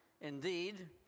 Indeed